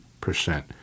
percent